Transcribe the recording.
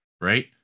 right